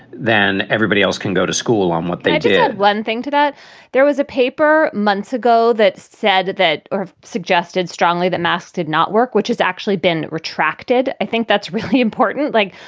then everybody else can go to school on what they did one thing, that there was a paper months ago that said that or suggested strongly that masks did not work, which has actually been retracted. i think that's really important. like,